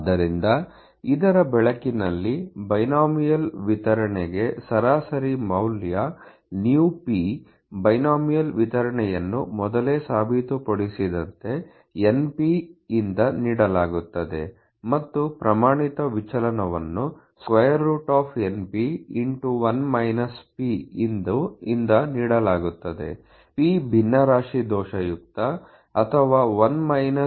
ಆದ್ದರಿಂದ ಇದರ ಬೆಳಕಿನಲ್ಲಿ ಬೈನೋಮಿಯಲ್ ವಿತರಣೆಗೆ ಸರಾಸರಿ ಮೌಲ್ಯ µp ಬೈನೋಮಿಯಲ್ ವಿತರಣೆಯನ್ನು ಮೊದಲೇ ಸಾಬೀತುಪಡಿಸಿದಂತೆ np ಯಿಂದ ನೀಡಲಾಗುತ್ತದೆ ಮತ್ತು ಪ್ರಮಾಣಿತ ವಿಚಲನವನ್ನು np ಇಂದ ನೀಡಲಾಗುತ್ತದೆ p ಭಿನ್ನರಾಶಿ ದೋಷಯುಕ್ತ ಅಥವಾ ಭಾಗವು ಒಳ್ಳೆಯದು